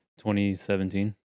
2017